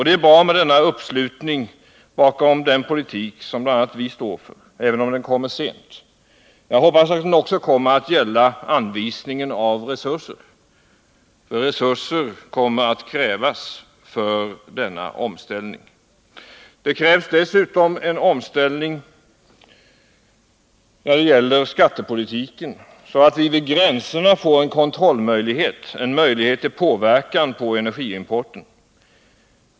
Det är bra med denna uppslutning bakom den politik som bl.a. vi står för, även om den kommer sent. Jag hoppas att den också kommer att gälla anvisningen av resurser — för resurser kommer att krävas för denna omställning. Det krävs dessutom en omställning när det gäller skattepolitiken, så att vi vid gränserna får en kontrollmöjlighet, en möjlighet att påverka energiimporten.